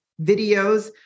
videos